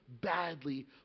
badly